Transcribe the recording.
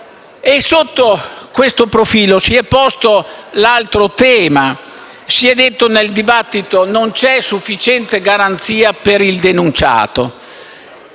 Sotto questo profilo, si è posto un altro tema: nel dibattito si è detto che non c'è sufficiente garanzia per il denunciato.